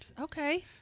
okay